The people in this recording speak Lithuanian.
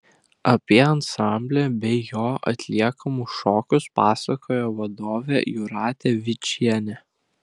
apie ansamblį bei jo atliekamus šokius pasakojo vadovė jūratė vyčienė